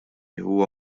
huwa